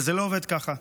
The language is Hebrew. אבל זה לא עובד ככה,